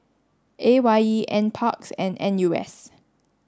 A Y E NPARKS and N U S